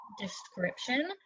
description